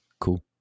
Cool